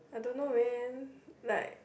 I don't know when like